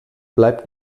bleibt